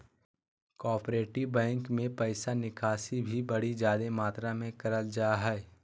cooperative bank मे पैसा निकासी भी बड़ी जादे मात्रा मे करल जा हय